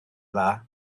dda